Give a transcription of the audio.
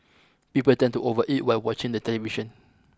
people tend to overeat while watching the television